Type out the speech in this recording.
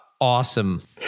awesome